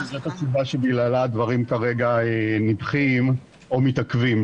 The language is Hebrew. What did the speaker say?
אני מבטיח שזאת הסיבה שבגללה הדברים כרגע נדחים או מתעכבים.